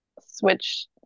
switch